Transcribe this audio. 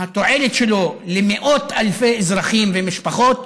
התועלת שלו למאות אלפי אזרחים ומשפחות,